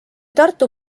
tartu